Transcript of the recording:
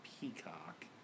Peacock